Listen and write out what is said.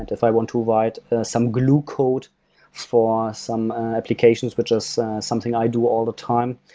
and if i want to write some glue code for some applications, which is something i do all the time,